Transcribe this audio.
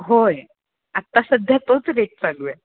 होय आत्ता सध्या तोच रेट चालू आहे